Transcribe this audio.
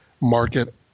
market